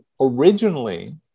originally